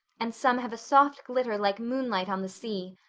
and some have a soft glitter like moonlight on the sea.